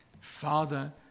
Father